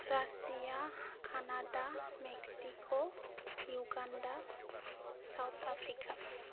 Russia Canada Mexico Uganda South Africa